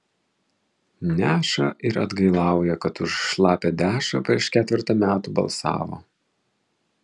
neša ir atgailauja kad už šlapią dešrą prieš ketvertą metų balsavo